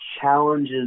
challenges